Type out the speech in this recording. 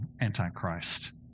Antichrist